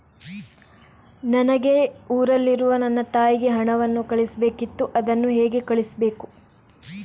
ನನಗೆ ಊರಲ್ಲಿರುವ ನನ್ನ ತಾಯಿಗೆ ಹಣವನ್ನು ಕಳಿಸ್ಬೇಕಿತ್ತು, ಅದನ್ನು ಹೇಗೆ ಕಳಿಸ್ಬೇಕು?